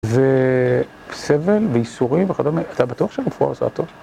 וסבל, וייסורים, וכדומה, אתה בטוח שהמפואר עשה טוב?